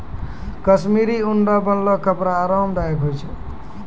कश्मीरी ऊन रो बनलो कपड़ा आराम दायक हुवै छै